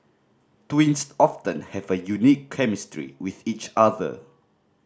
twins often have a unique chemistry with each other